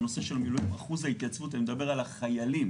בנושא המילואים אחוז ההתייצבות אני מדבר על החיילים